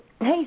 Hey